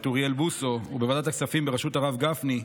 אוריאל בוסו ובוועדת הכספים בראשות הרב גפני,